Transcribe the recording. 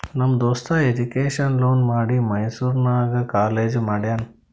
ನಮ್ ದೋಸ್ತ education loan ಮಾಡಿ ಮೈಸೂರು ನಾಗ್ ಕಾಲೇಜ್ ಮಾಡ್ಯಾನ್